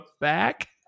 back